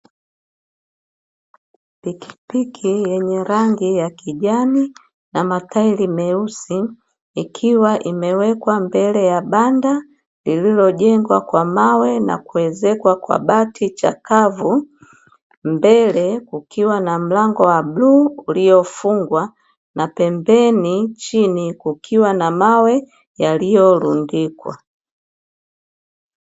Pikipiki yenye rangi ya kijani na matairi meusi ikiwa imewekwa mbele ya Banda lilowekwa jengwa kwa mawe na kuwezekwa kwa mabati chakavu mbele kukiwa na mlango wa bluu uliofungwa na pembeni chini kukiwa na mawe yaliyorundikwa